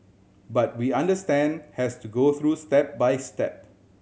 but we understand has to go through step by step